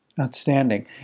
Outstanding